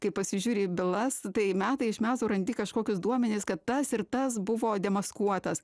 kai pasižiūri į bylas tai metai iš metų randi kažkokius duomenis kad tas ir tas buvo demaskuotas